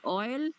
oil